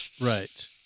right